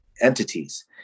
entities